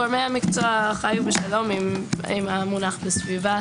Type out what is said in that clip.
גורמי המקצוע חיים בשלום עם המונח בסביבת.